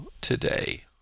today